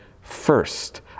first